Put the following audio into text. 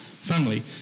family